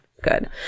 good